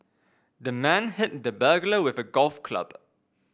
the man hit the burglar with a golf club